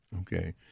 Okay